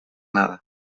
nada